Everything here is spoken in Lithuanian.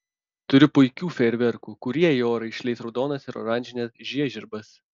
turiu puikių fejerverkų kurie į orą išleis raudonas ir oranžines žiežirbas